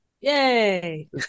Yay